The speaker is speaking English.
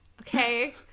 Okay